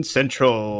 Central